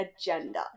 Agenda